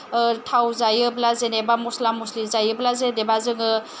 थाव जायोब्ला जेनेबा मस्ला मस्लि जायोब्ला जेनेबा जोङो